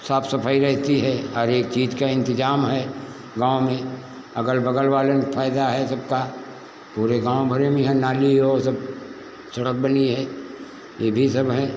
साफ सफाई रहती है हर एक चीज का इंतजाम है गाँव में अगल बगल वालों ने फायदा है सब का पूरे गाँव भर में ये नाली और सब सड़क बनी है ये भी सब है